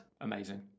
Amazing